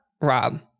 Rob